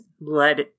let